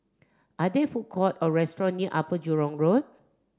are there food court or restaurant near Upper Jurong Road